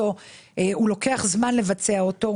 לוקח זמן לבצע אותו,